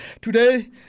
Today